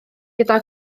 gyda